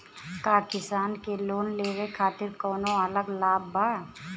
का किसान के लोन लेवे खातिर कौनो अलग लाभ बा?